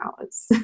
hours